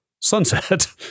Sunset